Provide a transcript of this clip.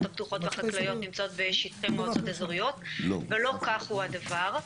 הפתוחות והחקלאיות נמצאות בשטחי מועצות אזוריות ולא כך הוא הדבר.